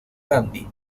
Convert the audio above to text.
gandhi